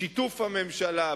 בשיתוף הממשלה,